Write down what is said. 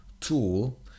tool